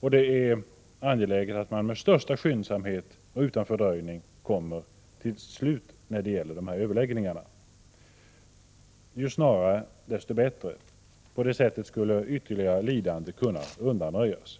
Det är angeläget att man med största skyndsamhet och utan fördröjning kommer till ett slut när det gäller dessa överläggningar. Ju snarare desto bättre. På det sättet skulle ytterligare lidande kunna undanröjas.